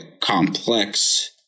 complex